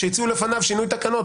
כשהציעו לפניו שינוי תקנות,